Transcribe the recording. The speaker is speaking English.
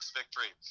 victory